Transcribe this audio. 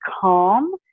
calm